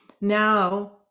now